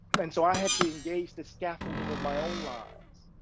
and so, i had to engage the scaffolding of my own lies,